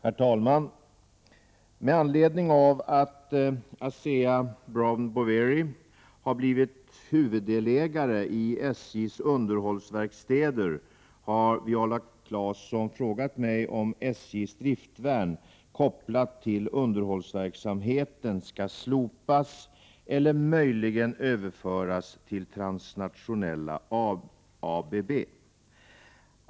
Herr talman! Med anledning av att Asea Brown Boveri, ABB, har blivit huvuddelägare i SJ:s underhållsverkstäder har Viola Claesson frågat mig om SJ:s driftvärn kopplat till underhållsverksamheten skall slopas eller möjligen överföras till transnationella ABB.